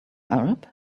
arab